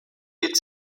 wird